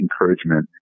encouragement